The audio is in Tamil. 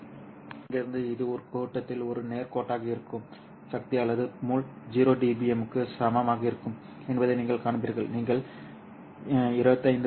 பின்னர் இங்கிருந்து இது ஒரு கட்டத்தில் ஒரு நேர் கோட்டாக இருக்கும் சக்தி அல்லது முள் 0 dBm க்கு சமமாக இருக்கும் என்பதை நீங்கள் காண்பீர்கள் நீங்கள் 25